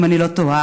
אם אני לא טועה,